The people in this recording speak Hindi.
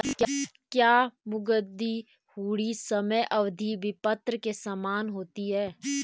क्या मुद्दती हुंडी समय अवधि विपत्र के समान होती है?